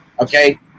okay